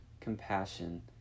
compassion